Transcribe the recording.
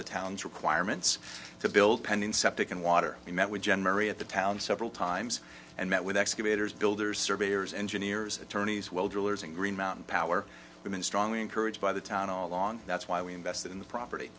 the town's requirements to build pending septic and water we met with gen mary at the town several times and met with excavators builders surveyors engineers attorneys well drillers and green mountain power women strongly encouraged by the town all along that's why we invested in the property